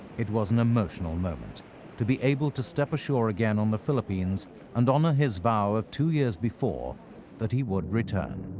it was an emotional moment to be able to step ashore again on the philippines and honor his vow of two years before that he would return.